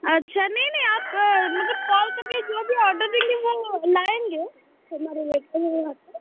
अच्छा नहीं नहीं आप मतलब कॉल करके जो भी ऑर्डर देंगे वो लाएँगे हमारे वेटर वहाँ के